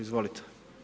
Izvolite.